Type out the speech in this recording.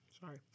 Sorry